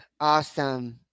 Awesome